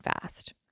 fast